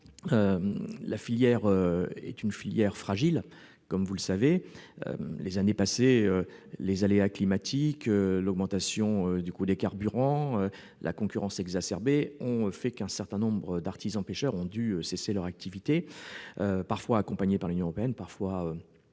La filière est fragile, comme vous le savez. Au cours des années passées, les aléas climatiques, l'augmentation du coût des carburants, la concurrence exacerbée ont conduit un certain nombre d'artisans pêcheurs à cesser leur activité, parfois accompagnés par l'Union européenne, parfois